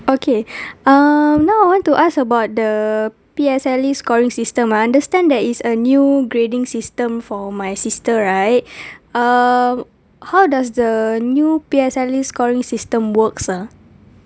okay um now I want to ask about the P_S_L_E scoring system I understand there is a new grading system for my sister right um how does the new P_S_L_E scoring system works ah